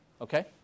Okay